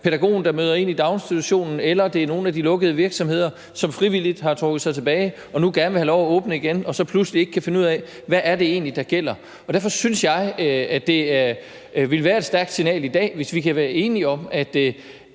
pædagogen, der møder ind i daginstitutionen, eller om det er nogle af de lukkede virksomheder, som frivilligt har trukket sig tilbage og nu gerne vil have lov at åbne igen og så pludselig ikke kan finde ud af, hvad det egentlig er, der gælder. Derfor synes jeg, at det ville være et stærkt signal i dag, hvis vi kan være enige om, at